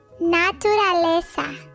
Naturaleza